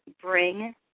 bring